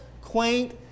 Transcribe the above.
quaint